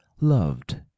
loved